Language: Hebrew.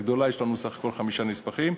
בארצות-הברית הגדולה יש לנו בסך הכול חמישה נספחים.